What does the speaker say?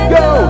go